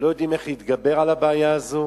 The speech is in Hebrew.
לא יודעים איך להתגבר על הבעיה הזאת.